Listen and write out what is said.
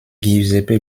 giuseppe